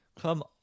come